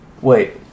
Wait